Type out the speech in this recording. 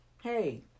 Hey